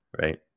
right